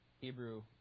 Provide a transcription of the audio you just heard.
Hebrew